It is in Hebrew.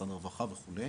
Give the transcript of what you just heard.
משרד הרווחה וכו',